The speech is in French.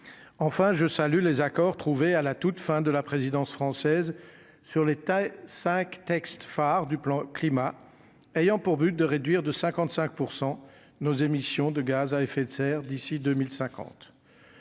enfin je salue les accords trouvés à la toute fin de la présidence française sur l'état 5 textes phares du plan climat ayant pour but de réduire de 55 % nos émissions de gaz à effet de serre d'ici 2050